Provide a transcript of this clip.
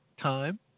time